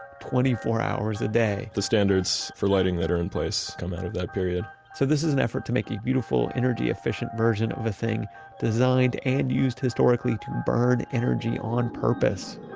twenty four hours a day the standards for lighting that are in place come out of that period so this is an effort to make a beautiful, energy-efficient version of a thing designed and used historically to burn energy on purpose